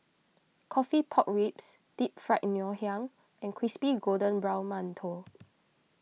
Coffee Pork Ribs Deep Fried Ngoh Hiang and Crispy Golden Brown Mantou